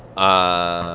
i